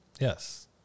Yes